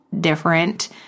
different